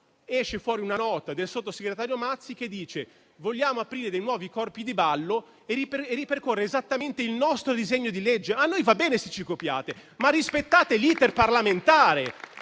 uscita una nota del sottosegretario Mazzi che diceva: vogliamo aprire dei nuovi corpi di ballo, ripercorrendo esattamente il nostro disegno di legge. A noi va bene se ci copiate, ma rispettate l'*iter* parlamentare;